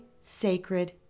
sacred